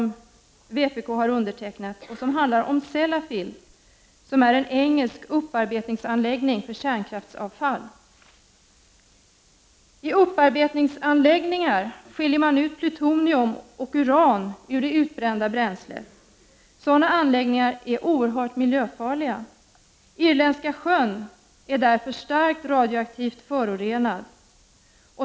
Det handlar om Sellafield, en engelsk upparbetningsanläggning för kärnkraftsavfall. I upparbetningsanläggningar skiljer man ut plutonium och uran ur det utbrända bränslet. Sådana anläggningar är oerhört miljöfarliga. Irländska sjön är därför starkt radioaktivt förorenad.